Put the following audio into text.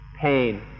pain